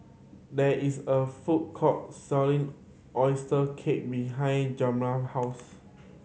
there is a food court selling oyster cake behind Jeramiah's house